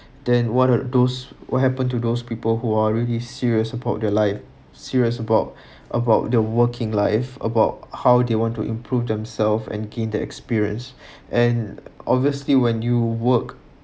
then what are those what happen to those people who are really serious about their life serious about about the working life about how they want to improve themselves and gain the experience and obviously when you work